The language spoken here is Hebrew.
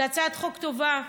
זו הצעת חוק טובה,